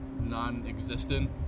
non-existent